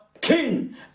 King